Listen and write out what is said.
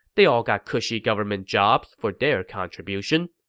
they all got cushy government jobs for their contribution